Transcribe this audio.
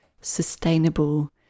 sustainable